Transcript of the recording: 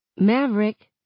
Maverick